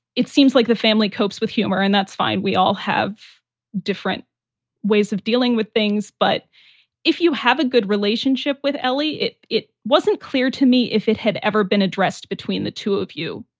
it seems like the family copes with humor and that's fine. we all have different ways of dealing with things. but if you have a good relationship with ellie, it it wasn't clear to me if it had ever been addressed the two of you.